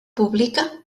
publica